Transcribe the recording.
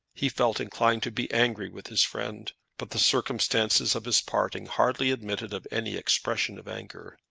he felt inclined to be angry with his friend, but the circumstances of his parting hardly admitted of any expression of anger.